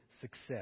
success